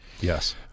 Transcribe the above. Yes